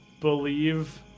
believe